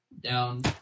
Down